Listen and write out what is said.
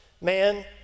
man